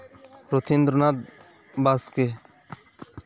Rabindranath Baske